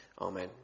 Amen